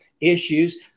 Issues